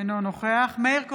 אינו נוכח מאיר כהן,